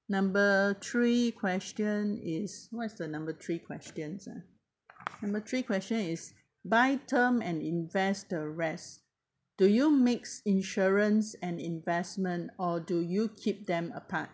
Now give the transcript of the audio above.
number three question is what is the number three question ah number three question is buy term and invest the rest do you mix insurance and investment or do you keep them apart